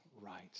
right